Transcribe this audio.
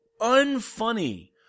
unfunny